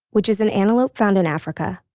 which is an antelope found in africa.